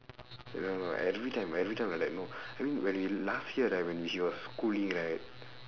you know right every time every time like that know I mean when we last year right when she was schooling right